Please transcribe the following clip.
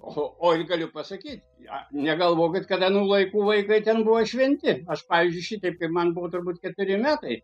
o ir galiu pasakyt negalvokit kad anų laikų vaikai ten buvo šventi aš pavyzdžiui šitaip kai man buvo turbūt keturi metai